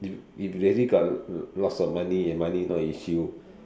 if if really got l~ lots of money and money not an issue